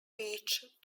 beach